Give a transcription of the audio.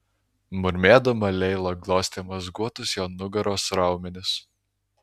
murmėdama leila glostė mazguotus jo nugaros raumenis